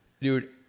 Dude